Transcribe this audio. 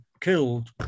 killed